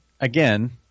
again